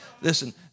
Listen